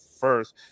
first